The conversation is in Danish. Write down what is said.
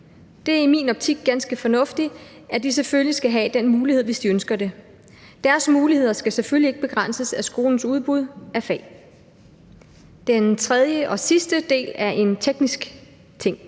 Det er i min optik ganske fornuftigt, at de selvfølgelig skal have den mulighed, hvis de ønsker det. Deres muligheder skal selvfølgelig ikke begrænses af skolens udbud af fag. Den tredje og sidste del er en teknisk ting.